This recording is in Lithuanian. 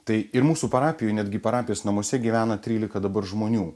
tai ir mūsų parapijoj netgi parapijos namuose gyvena trylika dabar žmonių